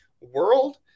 world